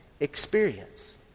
Experience